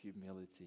Humility